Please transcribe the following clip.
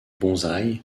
bonsaï